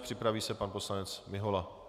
Připraví se pan poslanec Mihola.